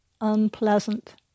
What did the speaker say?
Unpleasant